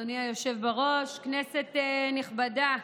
אדוני היושב בראש, כנסת נכבדה,